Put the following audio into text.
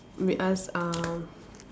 we ask uh